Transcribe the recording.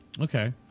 Okay